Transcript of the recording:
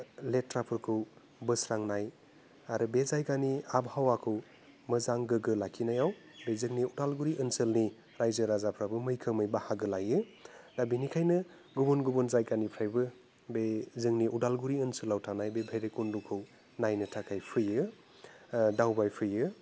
लेथ्राफोरखौ बोस्रांनाय आरो बे जायगानि आबहावाखौ मोजां गोग्गो लाखिनायाव बे जोंनि अदालगुरि ओनसोलनि रायजो राजाफ्राबो मैखोमै बाहागो लायो दा बेनिखायनो गुबुन गुबुन जायगानिफ्रायबो बे जोंनि अदालगुरि ओनसोलाव थानाय बे भैरेब कन्द'खौ नायनो थाखाय फैयो दावबायफैयो